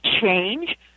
change